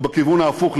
ובכיוון ההפוך,